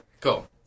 cool